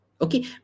Okay